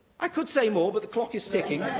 i could say more, but the clock is ticking